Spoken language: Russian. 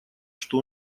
что